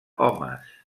homes